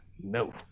no